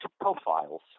profiles